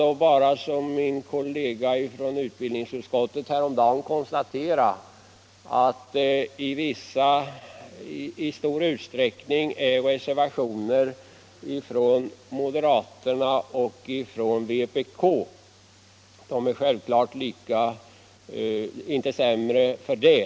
Jag kan bara såsom min kollega från utbildningsutskottet häromdagen konstatera att det i stor utsträckning är reservationer från moderaterna och vpk. De är självfallet inte sämre för det.